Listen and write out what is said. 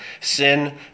Sin